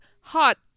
hot